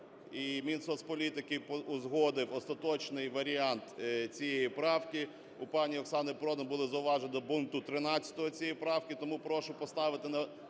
Мінсоцполітики узгодив остаточний варіант цієї правки. У пані Оксани Продан були зауваження до пункту 13 цієї правки. Тому прошу поставити на